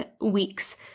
weeks